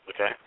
Okay